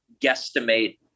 guesstimate